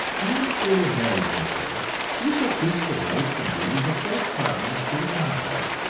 in our school of marriage therefore we shall teach the rights and duties of both partners to the contract,